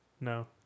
No